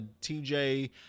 TJ